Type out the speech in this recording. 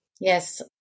Yes